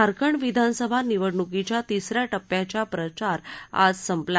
झारखंड विधानसभा निवडणुकीच्या तिस या टप्प्याच्या प्रचार आज संपला